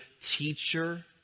teacher